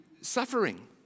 suffering